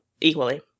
equally